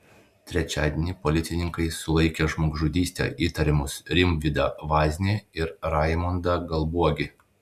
trečiadienį policininkai sulaikė žmogžudyste įtariamus rimvydą vaznį ir raimondą galbuogį